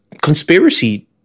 conspiracy